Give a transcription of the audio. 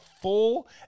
full